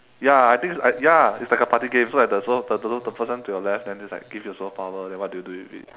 ya I think it's ya it's like a party game so like the so the so the person to your left then just like give you a superpower then what do you do with it